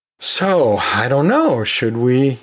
so i don't know, should we